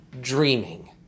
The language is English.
dreaming